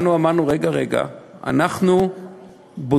אמרנו: רגע, רגע, אנחנו בודקים.